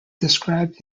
described